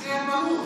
זה היה ברור,